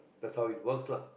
that's how it works lah